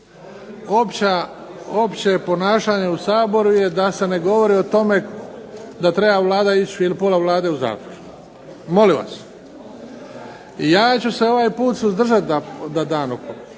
Opće ponašanje u Saboru je da se ne govori o tome da Vlada treba ići ili pola Vlade u zatvor. Molim vas. Ja ću se ovaj put suzdržati da dam opomenu,